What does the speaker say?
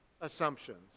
assumptions